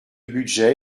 budget